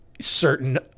certain